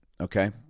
Okay